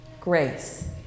grace